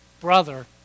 brother